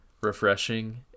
refreshing